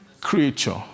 creature